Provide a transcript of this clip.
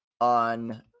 on